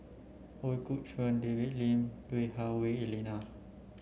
Ooi Kok Chuen David Lim Lui Hah Wah Elena